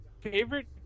favorite